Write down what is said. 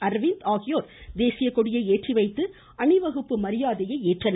அர்விந்த் ஆகியோர் தேசியக்கொடியை ஏற்றிவைத்து அணிவகுப்பு மரியாதையை ஏற்றனர்